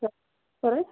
പറയൂ